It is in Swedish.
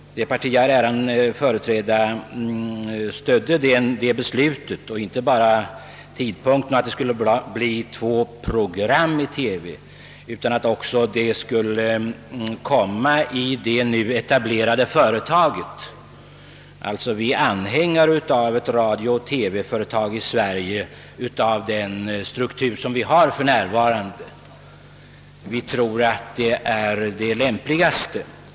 Det parti jag har äran företräda stödde det beslutet, inte bara beträffande tidpunkten och att det skall bli två program i TV utan också att det skall ske inom det nu etablerade företaget. Vi är alltså anhängare av ett radiooch TV-företag i Sverige av samma struktur som vi har för närvarande. Vi menar att det är det lämpligaste.